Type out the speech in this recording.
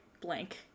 blank